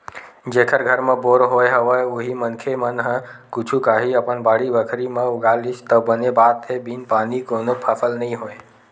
जेखर घर म बोर होय हवय उही मनखे मन ह कुछु काही अपन बाड़ी बखरी म उगा लिस त बने बात हे बिन पानी कोनो फसल नइ होय